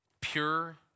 Pure